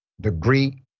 degree